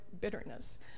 bitterness